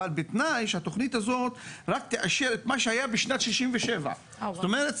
אבל בתנאי שהתוכנית הזאת רק תאשר את מה שהיה בשנת 1967. זאת אומרת,